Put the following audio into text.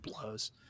Blows